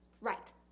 Right